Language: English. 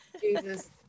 Jesus